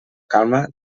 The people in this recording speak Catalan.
calma